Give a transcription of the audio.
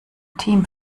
team